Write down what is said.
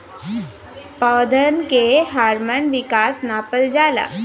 पौधन के हार्मोन विकास नापल जाला